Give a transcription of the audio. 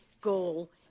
goal